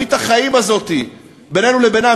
ברית החיים הזאת בינינו לבינם,